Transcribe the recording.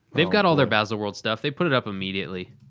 they've got all their baselworld stuff. they put it up immediately.